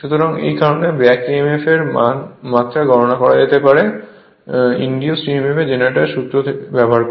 সুতরাং এই কারণেই ব্যাক emf এর মাত্রা গণনা করা যেতে পারে ইন্ডিউজড emf জেনারেটর সূত্র ব্যবহার করে